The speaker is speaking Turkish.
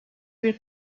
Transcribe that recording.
bir